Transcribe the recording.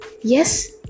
yes